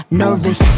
nervous